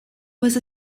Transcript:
was